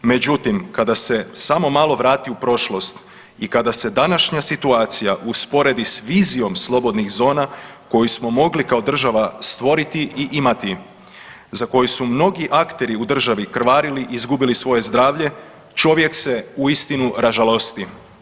Međutim, kada se samo malo vrati u prošlost i kada se današnja situacija usporedi s vizijom slobodnih zona koju smo mogli kao država stvoriti i imati, za koju su mnogi akteri u državi krvarili i izgubili svoje zdravlje čovjek se uistinu ražalosti.